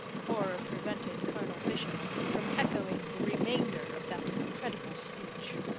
horror prevented colonel bishop from echoing the remainder of that incredible speech.